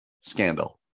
scandal